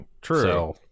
True